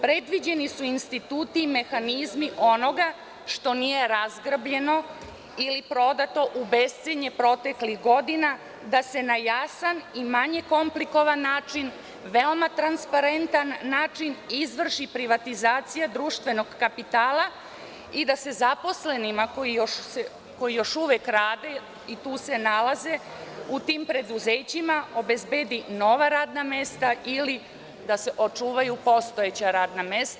Predviđeni su instituti, mehanizmi onoga što nije razgrabljeno ili prodato u bescenje proteklih godina, da se na jasan i manje komlikovan način, veoma transparentan način izvrši privatizacija društvenog kapitala i da se zaposlenima koji još uvek rade i nalaze se u tim preduzećima, obezbede nova radna mesta ili da se očuvaju postojeća radna mesta.